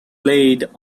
played